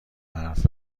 حرف